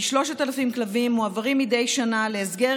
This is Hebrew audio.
כ-3,000 כלבים מועברים מדי שנה להסגר